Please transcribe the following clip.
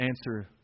answer